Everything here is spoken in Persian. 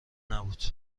نبود